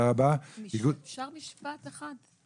אפשר משפט אחד?